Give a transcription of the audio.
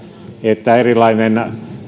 että erilaisia